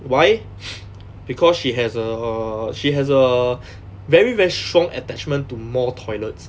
why because she has err she has a very very strong attachment to more toilets